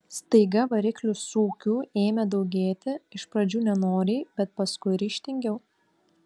staiga variklių sūkių ėmė daugėti iš pradžių nenoriai bet paskui ryžtingiau